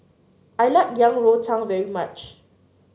I like Yang Rou Tang very much